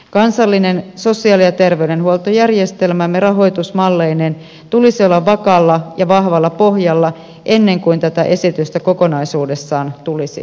kansallisen sosiaali ja terveydenhuoltojärjestelmämme rahoitusmalleineen tulisi olla vakaalla ja vahvalla pohjalla ennen kuin tätä esitystä kokonaisuudessaan tulisi hyväksyä